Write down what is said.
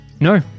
No